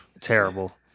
Terrible